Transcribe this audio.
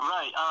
Right